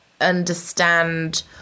understand